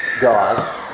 God